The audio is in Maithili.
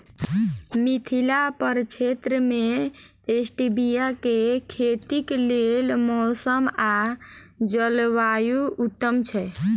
मिथिला प्रक्षेत्र मे स्टीबिया केँ खेतीक लेल मौसम आ जलवायु उत्तम छै?